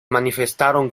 manifestaron